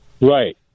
Right